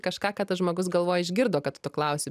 kažką ką tas žmogus galvoja išgirdo kad tu klausi